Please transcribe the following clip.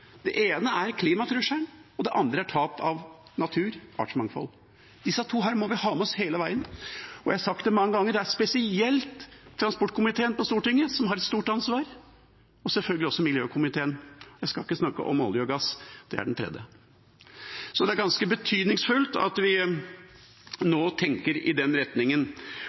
Det ene er klimatrusselen, og det andre er tap av natur, artsmangfold. Disse to må vi ha med oss hele veien. Jeg har sagt det mange ganger: Det er spesielt transportkomiteen på Stortinget som har et stort ansvar, og selvfølgelig også miljøkomiteen. Jeg skal ikke snakke om olje og gass, det er den tredje. Det er ganske betydningsfullt at vi nå tenker i den retningen.